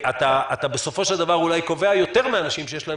אתה בסופו של דבר אולי קובע יותר מאנשים שיש להם